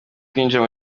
kwinjira